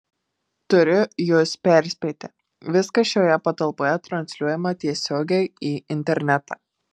turiu jus perspėti viskas šioje patalpoje transliuojama tiesiogiai į internetą